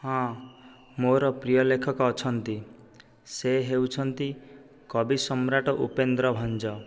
ହଁ ମୋର ପ୍ରିୟ ଲେଖକ ଅଛନ୍ତି ସେ ହେଉଛନ୍ତି କବି ସମ୍ରାଟ ଉପେନ୍ଦ୍ର ଭଞ୍ଜ